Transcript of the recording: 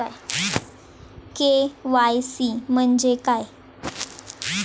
KYC म्हणजे काय आहे?